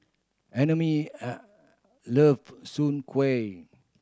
Emery an love Soon Kuih